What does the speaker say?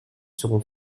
seront